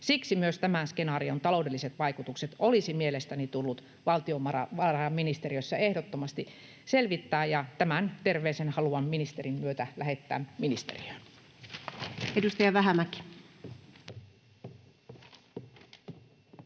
Siksi myös tämän skenaarion taloudelliset vaikutukset olisi mielestäni tullut valtiovarainministeriössä ehdottomasti selvittää, ja tämän terveisen haluan ministerin myötä lähettää ministeriöön. [Speech